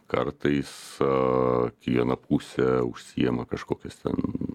kartais kiekviena pusė užsiima kažkokias ten